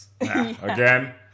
Again